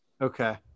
Okay